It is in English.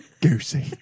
Goosey